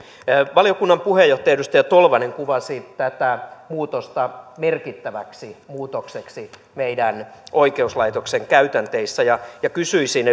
valiokunnan puheenjohtaja edustaja tolvanen kuvasi tätä muutosta merkittäväksi muutokseksi meidän oikeuslaitoksemme käytänteissä kysyisin